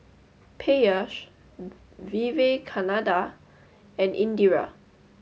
Peyush Vivekananda and Indira